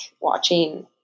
watching –